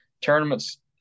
tournaments